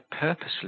purposely